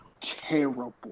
Terrible